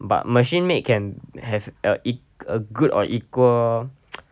but machine made can have a eq~ a good or equal